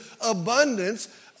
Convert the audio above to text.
abundance